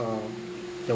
uh yup